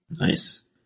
Nice